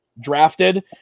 drafted